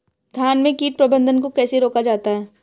धान में कीट प्रबंधन को कैसे रोका जाता है?